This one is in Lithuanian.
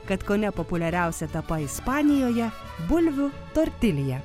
kad kone populiariausia tapa ispanijoje bulvių tortilja